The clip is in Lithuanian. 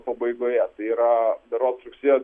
pabaigoje tai yra berods rugsėjo